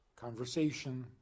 conversation